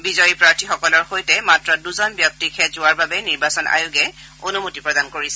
বিজয় প্ৰাৰ্থীসকলৰ সৈতে মাত্ৰ দুজন ব্যক্তিহে যোৱাৰ বাবে নিৰ্বাচন আয়োগে অনুমতি প্ৰদান কৰিছে